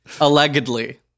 Allegedly